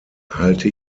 halte